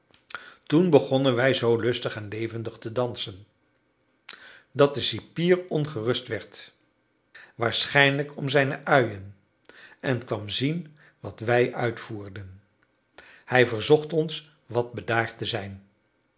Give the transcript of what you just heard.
toen begonnen wij zoo lustig en levendig te dansen dat de cipier ongerust werd waarschijnlijk om zijne uien en kwam zien wat wij uitvoerden hij verzocht ons wat bedaard te zijn